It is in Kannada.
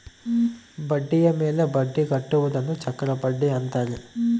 ಬಡ್ಡಿಯ ಮೇಲೆ ಬಡ್ಡಿ ಕಟ್ಟುವುದನ್ನ ಚಕ್ರಬಡ್ಡಿ ಅಂತಾರೆ